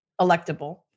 electable